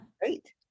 Great